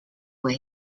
way